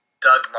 Doug